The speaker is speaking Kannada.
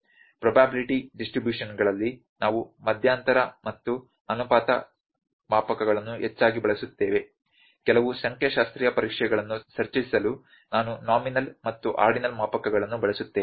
ಪ್ರೊಬ್ಯಾಬಿಲ್ಟಿ ಡಿಸ್ಟ್ರಬ್ಯೂಶನಗಳಲ್ಲಿ ನಾವು ಮಧ್ಯಂತರ ಮತ್ತು ಅನುಪಾತ ಮಾಪಕಗಳನ್ನು ಹೆಚ್ಚಾಗಿ ಬಳಸುತ್ತೇವೆ ಕೆಲವು ಸಂಖ್ಯಾಶಾಸ್ತ್ರೀಯ ಪರೀಕ್ಷೆಗಳನ್ನು ಚರ್ಚಿಸಲು ನಾನು ನೋಮಿನಲ್ ಮತ್ತು ಆರ್ಡಿನಲ್ ಮಾಪಕಗಳನ್ನು ಬಳಸುತ್ತೇನೆ